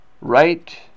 right